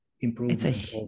improvement